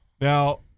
Now